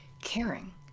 caring